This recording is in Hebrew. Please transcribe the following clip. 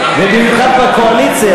ובמיוחד בקואליציה.